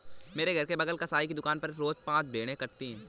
मेरे घर के बगल कसाई की दुकान पर रोज पांच भेड़ें कटाती है